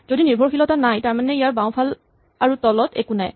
যদি নিৰ্ভৰশীলতা নাই তাৰমানে ইয়াৰ বাওঁফালে আৰু তলত একো নাই